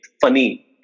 funny